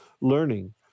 learning